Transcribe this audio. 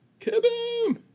Kaboom